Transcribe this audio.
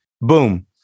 boom